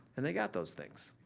and they got those things,